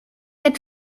had